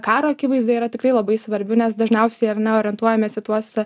karo akivaizdoje yra tikrai labai svarbi nes dažniausiai ar ne orientuojamės į tuos